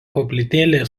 koplytėlė